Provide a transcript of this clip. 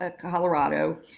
Colorado